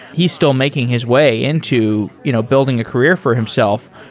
he's still making his way into you know building a career for himself.